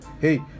hey